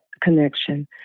connection